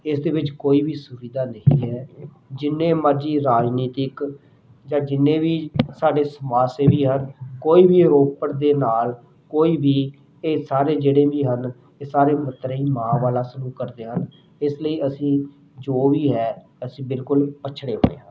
ਇਸਦੇ ਵਿੱਚ ਕੋਈ ਵੀ ਸੁਵਿਧਾ ਨਹੀਂ ਹੈ ਜਿੰਨੇ ਮਰਜ਼ੀ ਰਾਜਨੀਤਿਕ ਜਾਂ ਜਿੰਨੇ ਵੀ ਸਾਡੇ ਸਮਾਜ ਸੇਵੀ ਹਨ ਕੋਈ ਵੀ ਰੋਪੜ ਦੇ ਨਾਲ ਕੋਈ ਵੀ ਇਹ ਸਾਰੇ ਜਿਹੜੇ ਵੀ ਹਨ ਇਹ ਸਾਰੇ ਮਤਰੇਈ ਮਾਂ ਵਾਲਾ ਸਲੂਕ ਕਰਦੇ ਹਨ ਇਸ ਲਈ ਅਸੀਂ ਜੋ ਵੀ ਹੈ ਅਸੀਂ ਬਿਲਕੁਲ ਪੱਛੜੇ ਹੋਏ ਹਾਂ